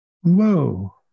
whoa